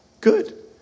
Good